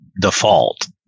default